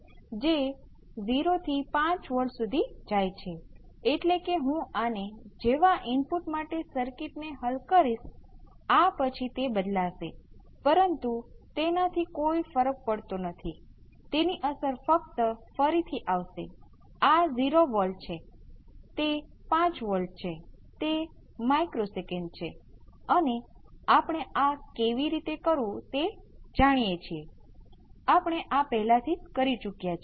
તેથી તે exponential delta - 1 CR × C exponential - t RC Vc of 0 અને આપણે અને ફરીથી લખીએ તો આપણે નિરીક્ષણ કર્યું કે આ બીજું કંઈ નથી પરંતુ exponential delta t RC × exponential t RC છે